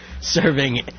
Serving